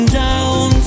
down